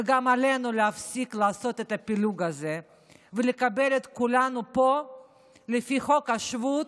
גם עלינו להפסיק לעשות את הפילוג הזה ולקבל את כולנו פה לפי חוק השבות,